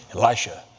Elisha